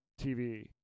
TV